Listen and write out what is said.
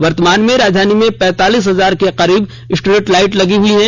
वर्तमान में राजधानी में पैंतालीस हजार के करीब स्ट्रीट लाइट लगी है